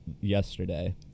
yesterday